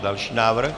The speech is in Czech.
Další návrh.